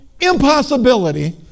impossibility